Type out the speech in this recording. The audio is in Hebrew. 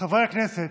חברי הכנסת,